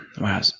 Wow